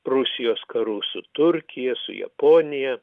rusijos karų su turkija su japonija